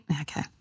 Okay